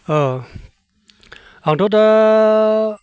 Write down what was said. ओ आंथ' दा